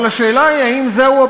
אבל השאלה היא אם זהו הפתרון.